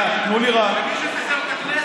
ומי שפיזר את הכנסת,